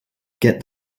get